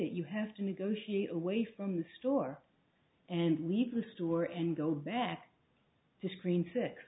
that you have to negotiate away from the store and leave the store and go back to screen si